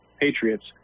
patriots